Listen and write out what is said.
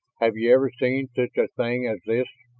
have you ever seen such a thing as this?